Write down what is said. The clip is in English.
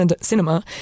cinema